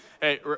hey